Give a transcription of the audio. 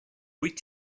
wyt